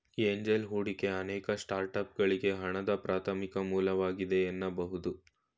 angel ಹೂಡಿಕೆ ಅನೇಕ ಸ್ಟಾರ್ಟ್ಅಪ್ಗಳ್ಗೆ ಹಣದ ಪ್ರಾಥಮಿಕ ಮೂಲವಾಗಿದೆ ಎನ್ನಬಹುದು